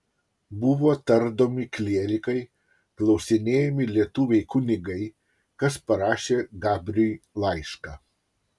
buvo tardomi klierikai klausinėjami lietuviai kunigai kas parašė gabriui laišką